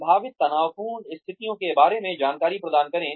संभावित तनावपूर्ण स्थितियों के बारे में जानकारी प्रदान करें